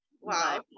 Wow